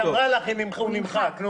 --- היא אמרה לך, הוא נמחק.